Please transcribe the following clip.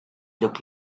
look